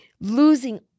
Losing